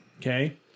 Okay